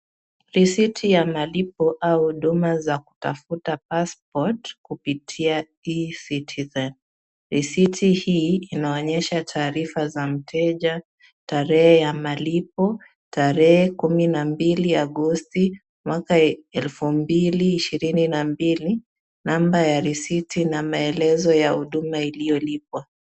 Risiti ya malipo au huduma za kutafuta pasipoti kupitia E-citizen . Risiti hii inaonyesha taarifa za mteja, tarehe ya malipo, tarehe kumi na mbili Agosti mwaka wa elfu mbili ishirini na mbili, namba ya risiti na maelezo ya huduma iliyolipwa.